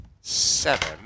Seven